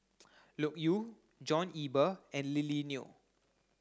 Loke Yew John Eber and Lily Neo